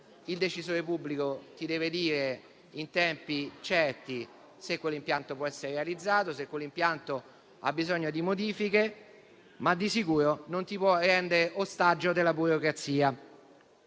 il decisore pubblico ti deve dire, in tempi certi, se quell'impianto può essere realizzato, se quell'impianto ha bisogno di modifiche, ma di sicuro non ti può rendere ostaggio della burocrazia.